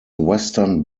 western